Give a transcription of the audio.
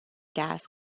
gas